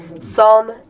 Psalm